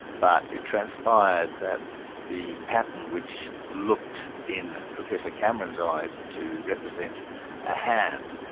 but it transpired that the pattern which looked in professor cameron's eyes, to represent a hand,